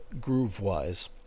groove-wise